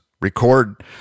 record